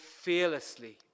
fearlessly